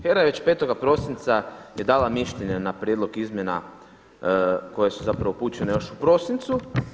HERA je već 5. prosinca je dala mišljenja na prijedlog izmjena koje su zapravo upućene još u prosincu.